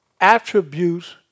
attributes